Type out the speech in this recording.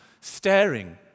staring